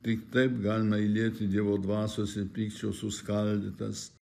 tik taip galima įlieti dievo dvasios ir pykčio suskaldytas